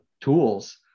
tools